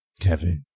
Kevin